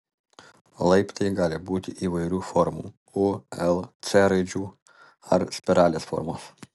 laiptai gali būti įvairių formų u l c raidžių ar spiralės formos